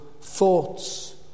thoughts